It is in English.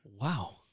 Wow